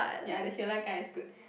ya that he'll like guy is good